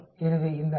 எனவே இந்த 5